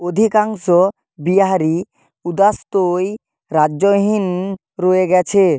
অধিকাংশ বিহারী উদাস্তুই রাজ্যহীন রয়ে গেছে